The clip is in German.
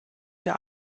der